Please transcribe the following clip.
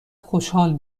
خوشحال